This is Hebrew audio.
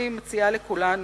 אני מציעה לכם,